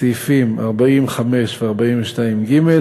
סעיפים 40(5) ו-42(ג),